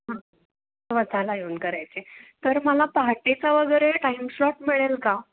हां स्वतःला येऊन करायची आहे तर मला पहाटेचं वगैरे टाईम स्लॉट मिळेल का